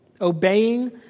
Obeying